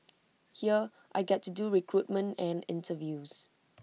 here I get to do recruitment and interviews